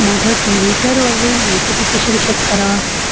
माझ्या टिविटरवरील notification check करा